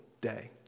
day